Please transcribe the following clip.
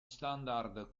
standard